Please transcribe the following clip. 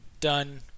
done